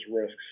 risks